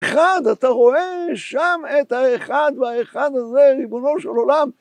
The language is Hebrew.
חד אתה רואה שם את האחד והאחד הזה ריבונו של עולם